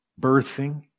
birthing